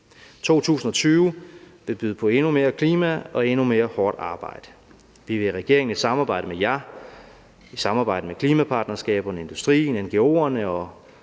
2020 vil byde på endnu mere klima og endnu mere hårdt arbejde. Vi vil i regeringen i samarbejde med jer og i samarbejde med klimapartnerskaberne, industrien, ngo'erne og